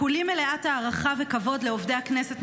כולי מלאת הערכה וכבוד לעובדי הכנסת,